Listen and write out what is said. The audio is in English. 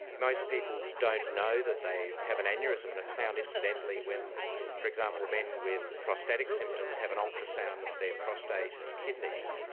most people don't know that they have an aneurysm, and it's found incidentally when for example, men with prostatic symptoms have an ultrasound of their prostate and kidneys,